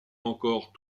encore